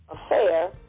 affair